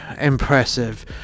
impressive